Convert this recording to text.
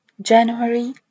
January